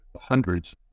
hundreds